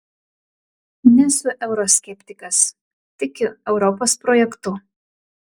nesu euroskeptikas tikiu europos projektu